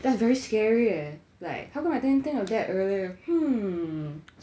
that's very scary eh like how come I didn't think of that earlier hmm